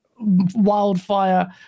Wildfire